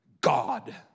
God